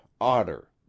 otter